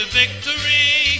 victory